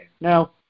Now